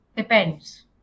Depends